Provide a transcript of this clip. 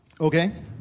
Okay